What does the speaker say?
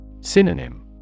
Synonym